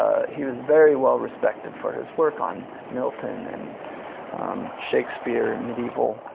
he was very well respected for his work on milton, and shakespeare, and medieval,